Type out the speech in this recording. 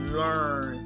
learn